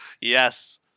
Yes